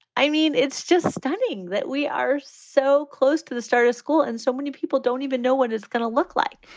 i mean, it's just stunning that we are so close to the start of school and so many people don't even know what it's going to look like.